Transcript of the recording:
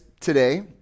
today